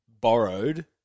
borrowed